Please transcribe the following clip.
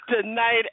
tonight